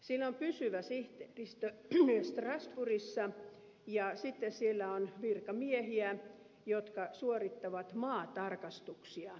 siinä on pysyvä sihteeristö strasbourgissa ja sitten sillä on virkamiehiä jotka suorittavat maatarkastuksia